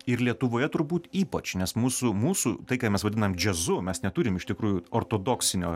ir lietuvoje turbūt ypač nes mūsų mūsų tai ką mes vadinam džiazu mes neturim iš tikrųjų ortodoksinio